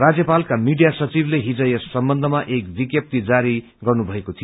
राज्यपालका media सचिवले हिज यस सम्बन्धमा एक विज्ञाप्ती जारी गर्नुमएको थियो